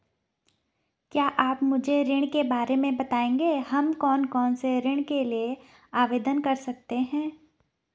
क्या आप मुझे ऋण के बारे में बताएँगे हम कौन कौनसे ऋण के लिए आवेदन कर सकते हैं?